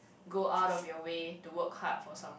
go out of your way to work hard for some